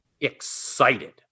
excited